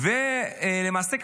למעשה,